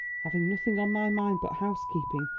having nothing on my mind but housekeeping,